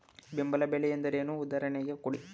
ಬೆಂಬಲ ಬೆಲೆ ಎಂದರೇನು, ಉದಾಹರಣೆ ಕೊಡಿ?